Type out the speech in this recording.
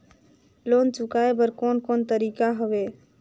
Loan चुकाए बर कोन कोन तरीका हवे?